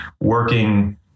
working